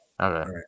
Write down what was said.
okay